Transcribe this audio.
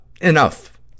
enough